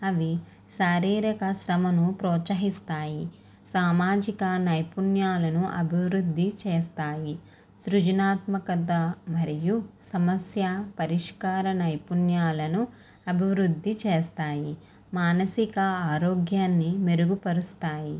అవి శారీరక శ్రమను ప్రోత్సహిస్తాయి సామాజిక నైపుణ్యాలను అబివృద్ది చేస్తాయి సృజనాత్మకత మరియు సమస్య పరిష్కార నైపుణ్యాలను అభివృద్ది చేస్తాయి మానసిక ఆరోగ్యాన్ని మెరుగుపరుస్తాయి